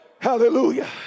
Hallelujah